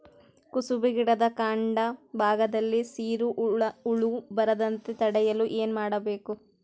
ಕುಸುಬಿ ಗಿಡದ ಕಾಂಡ ಭಾಗದಲ್ಲಿ ಸೀರು ಹುಳು ಬರದಂತೆ ತಡೆಯಲು ಏನ್ ಮಾಡಬೇಕು?